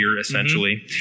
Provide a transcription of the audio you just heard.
essentially